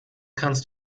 kannst